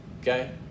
okay